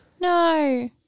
no